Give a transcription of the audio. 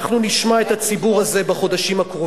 תודה רבה לחבר הכנסת